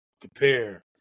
compare